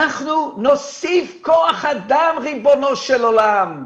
אנחנו נוסיף כוח אדם, ריבונו של עולם,